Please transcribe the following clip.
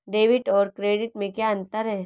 Debit और credit में क्या अंतर है?